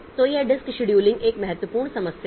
तो यह disk scheduling एक महत्वपूर्ण समस्या है